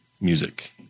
music